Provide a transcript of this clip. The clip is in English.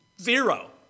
Zero